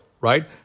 right